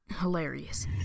hilarious